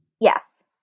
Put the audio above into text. Yes